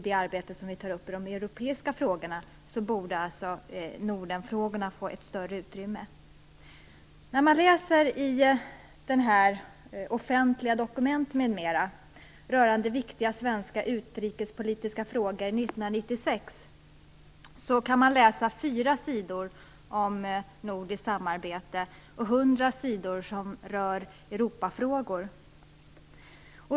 De borde också få ett större utrymme i arbetet med de europeiska frågorna. 1996 ser man att fyra sidor handlar om nordiskt samarbete och hundra sidor rör Europafrågor.